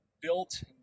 built